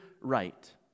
right